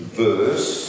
verse